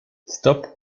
stop